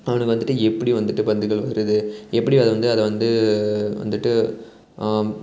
அவனுக்கு வந்து எப்படி வந்துட்டு பந்துகள் வருது எப்படி அதை வந்து அதை வந்து வந்துட்டு